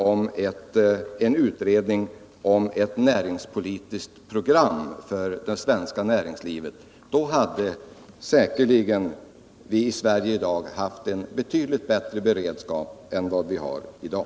De gällde en utredning om ett näringspolitiskt program för det svenska näringslivet. Om denna motion bifallits hade vi säkerligen haft en betydligt bättre beredskap i Sverige än vi har i dag.